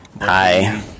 Hi